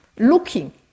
looking